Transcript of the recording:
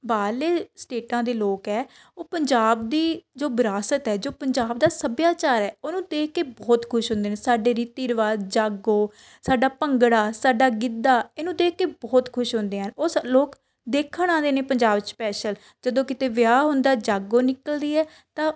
ਬਾਹਰਲੇ ਸਟੇਟਾਂ ਦੇ ਲੋਕ ਹੈ ਉਹ ਪੰਜਾਬ ਦੀ ਜੋ ਵਿਰਾਸਤ ਹੈ ਜੋ ਪੰਜਾਬ ਦਾ ਸੱਭਿਆਚਾਰ ਹੈ ਉਹਨੂੰ ਦੇਖ ਕੇ ਬਹੁਤ ਖੁਸ਼ ਹੁੰਦੇ ਨੇ ਸਾਡੇ ਰੀਤੀ ਰਿਵਾਜ਼ ਜਾਗੋ ਸਾਡਾ ਭੰਗੜਾ ਸਾਡਾ ਗਿੱਧਾ ਇਹਨੂੰ ਦੇਖ ਕੇ ਬਹੁਤ ਖੁਸ਼ ਹੁੰਦੇ ਹਨ ਉਹ ਸ ਲੋਕ ਦੇਖਣ ਆਉਂਦੇ ਨੇ ਪੰਜਾਬ ਸਪੈਸ਼ਲ ਜਦੋਂ ਕਿਤੇ ਵਿਆਹ ਹੁੰਦਾ ਜਾਗੋ ਨਿਕਲਦੀ ਹੈ ਤਾਂ